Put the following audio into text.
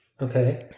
okay